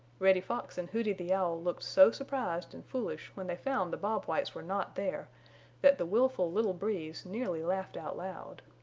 reddy fox and hooty the owl looked so surprised and foolish when they found the bob whites were not there that the willful little breeze nearly laughed out loud.